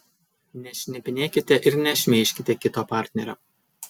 nešnipinėkite ir nešmeižkite kito partnerio